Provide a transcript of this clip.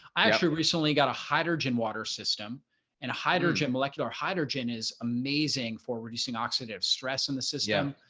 i actually recently got a hydrogen water system and hydrogen molecular hydrogen is amazing for reducing oxidative stress in the system.